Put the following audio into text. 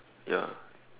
ya